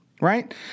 right